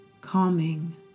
calming